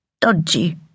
Dodgy